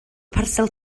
parsel